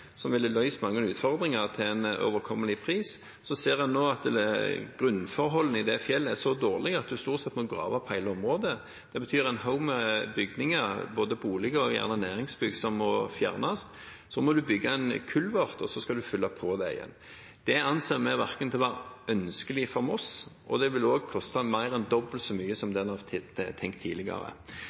som ville løst mange utfordringer til en overkommelig pris, ser en nå at grunnforholdene i fjellet er så dårlige at en stort sett må grave opp hele området. Det betyr en haug med bygninger, både boliger og næringsbygg, som må fjernes. Så må en bygge en kulvert, og så skal en fylle på det igjen. Det anser vi ikke å være ønskelig for Moss, og det vil også koste mer enn dobbelt så mye som det en har tenkt tidligere.